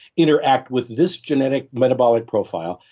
interact with this genetic metabolic profile?